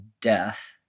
death